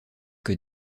que